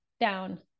down